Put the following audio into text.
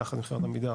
ביחד עם חברת עמידר,